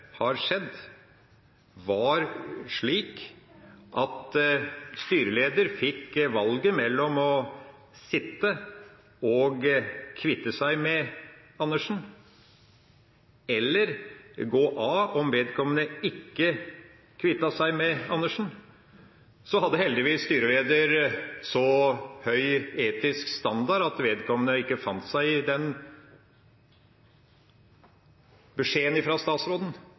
skjedd, var at styreleder fikk valget mellom å sitte og kvitte seg med Andersen eller å gå av om vedkommende ikke kvittet seg med Andersen. Og så hadde heldigvis styreleder så høy etisk standard at vedkommende ikke fant seg i den beskjeden fra statsråden,